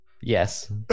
yes